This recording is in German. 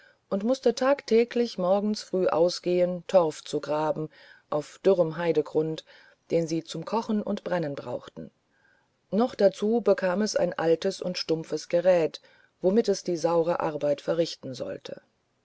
und mußte tagtäglich morgens früh ausgehen torf zu graben auf dürrem heidegrund den sie zum kochen und brennen brauchten noch dazu bekam es ein altes und stumpfes geräth womit es die sauere arbeit verrichten sollte